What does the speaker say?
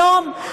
היום,